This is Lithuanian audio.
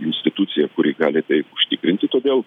institucija kuri gali tai užtikrinti todėl